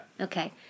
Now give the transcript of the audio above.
Okay